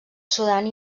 sudan